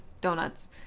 donuts